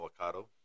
Avocado